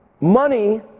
money